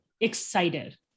excited